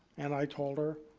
and i told her,